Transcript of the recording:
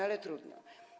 Ale trudno.